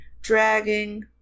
dragging